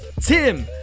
Tim